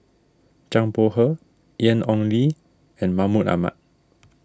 Zhang Bohe Ian Ong Li and Mahmud Ahmad